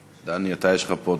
דני, לך יש פה עוד